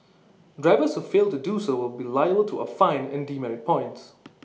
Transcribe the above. drivers who fail to do so will be liable to A fine and demerit points